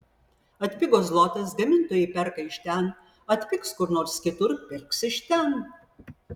atpigo zlotas gamintojai perka iš ten atpigs kur nors kitur pirks iš ten